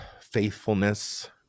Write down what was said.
faithfulness